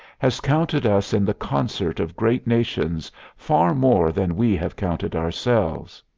has counted us in the concert of great nations far more than we have counted ourselves.